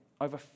Over